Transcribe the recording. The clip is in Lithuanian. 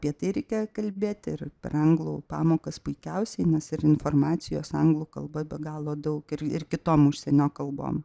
apie tai reikia kalbėti ir per anglų pamokas puikiausiai nes ir informacijos anglų kalba be galo daug ir ir kitom užsienio kalbom